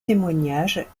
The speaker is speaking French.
témoignages